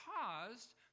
caused